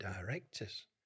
directors